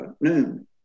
noon